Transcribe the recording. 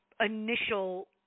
Initial